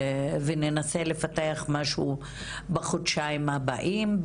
וננסה לפתח משהו בחודשיים הבאים,